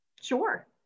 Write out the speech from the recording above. Sure